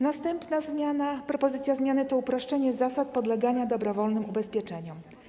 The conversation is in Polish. Następna propozycja zmiany to uproszczenie zasad podlegania dobrowolnym ubezpieczeniom.